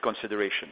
consideration